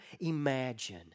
imagine